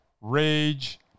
rage